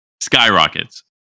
skyrockets